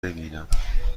ببینم